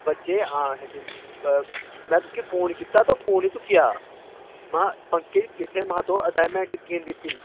बच्चे आं हैप्पी होंदी में तुकी फोन कीता तू फोन निं चुक्केआ महां पंकज कित्थै तू असाईनमेंट की निं दित्ती